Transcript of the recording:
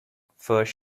first